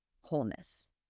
wholeness